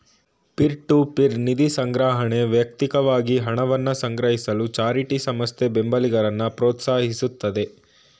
peer to peer ನಿಧಿಸಂಗ್ರಹಣೆ ವ್ಯಕ್ತಿಕವಾಗಿ ಹಣವನ್ನ ಸಂಗ್ರಹಿಸಲು ಚಾರಿಟಿ ಸಂಸ್ಥೆ ಬೆಂಬಲಿಗರನ್ನ ಪ್ರೋತ್ಸಾಹಿಸುತ್ತೆ